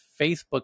Facebook